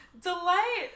Delight